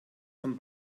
von